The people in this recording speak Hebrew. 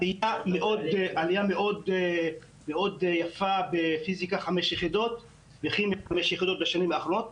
עלייה מאוד יפה בפיזיקה חמש יחידות וכימיה חמש יחידות בשנים האחרונות.